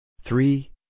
three